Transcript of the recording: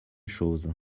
chose